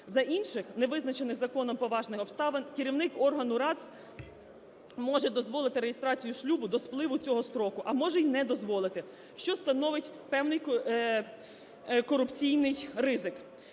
За інших не визначених законом поважних обставин керівник органу рад може дозволити реєстрацію шлюбу до спливу цього строку, а може й не дозволити, що становить певний корупційний ризик.